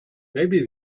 maybe